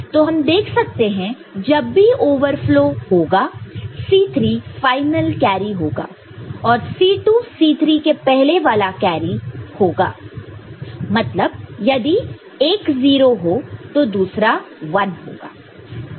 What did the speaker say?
तो हम देख सकते हैं जब भी ओवरफ्लो होगा C3 फाइनल कैरी होगा और C2 C3 के पहले वाला कैरी होगा मतलब यदि एक 0 हो तो दूसरा 1 होगा